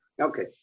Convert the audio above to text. Okay